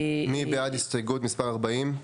מי בעד הסתייגות מספר 40?